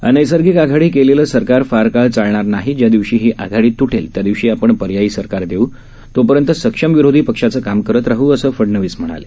अनैसर्गिक आघाडी केलेलं सरकार फार काळ चालणार नाही ज्या दिवशी ही आघाडी तुटेल त्या दिवशी आपण पर्यायी सरकार देऊ तो पर्यंत सक्षम विरोधी पक्षाचं काम करत राह असं फडणवीस म्हणाले